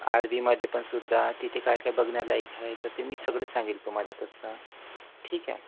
आर्वीमध्ये पण सुद्धा तिथे काय काय बघण्यालायक आहे तर ते मी सगळं सांगेल तो तुम्हाला तसं ठीक आहे